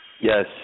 Yes